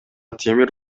темир